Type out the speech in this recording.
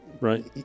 right